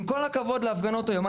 עם כל הכבוד להפגנות היום,